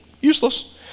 Useless